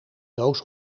doos